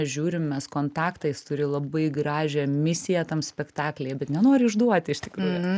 žiūrim mes kontaktą jis turi labai gražią misiją tam spektaklyje bet nenoriu išduoti iš tikrųjų